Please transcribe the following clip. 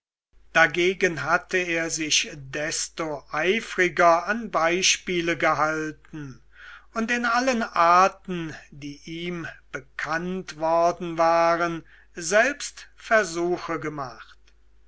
dagegen hatte er sich desto eifriger an beispiele gehalten und in allen arten die ihm bekannt worden waren selbst versuche gemacht